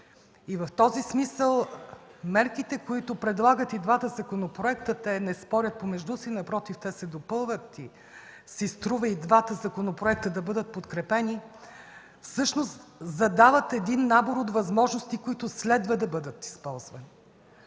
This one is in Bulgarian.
В този смисъл мерките, които предлагат и двата законопроекта – те не спорят помежду си, а напротив, те се допълват, си струва и двата законопроекта да бъдат подкрепени. Всъщност задават един набор от възможности, които следва да бъдат използвани.